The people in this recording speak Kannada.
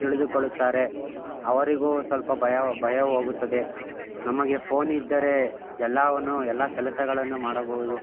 ತಿಳಿದುಕೊಳ್ಳುತ್ತಾರೆ ಅವರಿಗೂ ಸ್ವಲ್ಪ ಭಯ ಭಯ ಹೋಗುತ್ತದೆ ನಮಗೆ ಫೋನ್ ಇದ್ದರೆ ಎಲ್ಲವನ್ನು ಎಲ್ಲ ಕೆಲಸಗಳನ್ನು ಮಾಡಬಹುದು